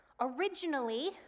originally